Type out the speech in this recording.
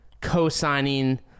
co-signing